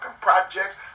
projects